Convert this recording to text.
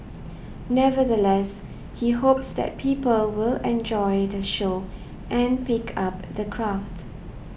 nevertheless he hopes that people will enjoy the show and pick up the craft